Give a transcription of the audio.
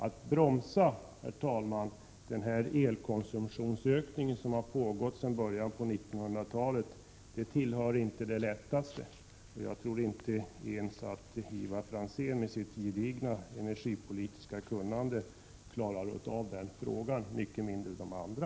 Att bromsa, herr talman, den här elkonsumtionsök 7 juni 1988 ningen som har pågått sedan början av 1900-talet tillhör inte det lättaste, och jag tror inte att ens Ivar Franzén med sitt gedigna energipolitiska kunnande Energipolitik infö reipoktäik inför klarar den saken, mycket mindre de andra.